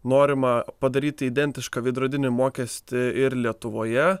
norima padaryti identišką veidrodinį mokestį ir lietuvoje